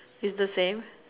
is the same